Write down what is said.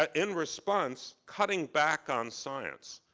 um in response, cutting back on science.